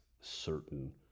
certain